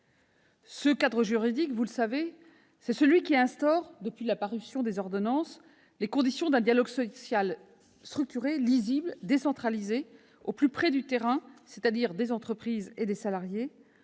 Ce cadre juridique, vous le savez, c'est celui qui instaure depuis la parution des ordonnances les conditions d'un dialogue social structuré, lisible et décentralisé, au plus près du terrain, c'est-à-dire au plus près des entreprises et des salariés,